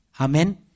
Amen